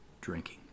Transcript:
drinking